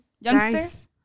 youngsters